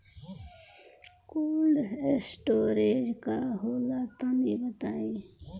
Cold storage का होला तनि बताई?